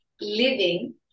living